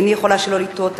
איני יכולה שלא לתהות,